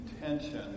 intention